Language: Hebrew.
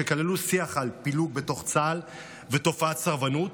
שכללו שיח על פילוג בתוך צה"ל ותופעת סרבנות,